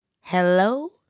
Hello